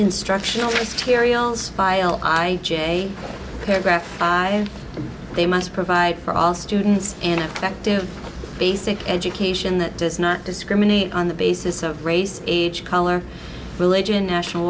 instructional materials by i j paragraph they must provide for all students in affective basic education that does not discriminate on the basis of race age color legin national